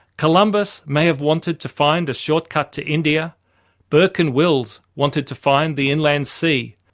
columbus may have wanted to find a short cut to india burke and wills wanted to find the inland sea,